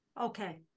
Okay